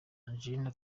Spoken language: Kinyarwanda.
angelina